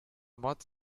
moc